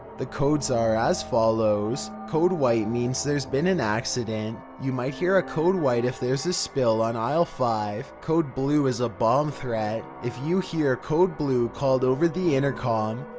the codes are as follows code white means there's been an accident. you might hear a code white if there's a spill on aisle five. code blue is for a bomb threat. if you hear code blue called over the intercom,